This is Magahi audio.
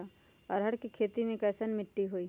अरहर के खेती मे कैसन मिट्टी होइ?